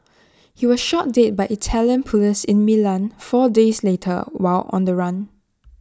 he was shot dead by Italian Police in Milan four days later while on the run